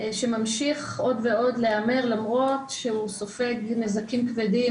שממשיך עוד ועוד להמר למרות שהוא סופג נזקים כבדים,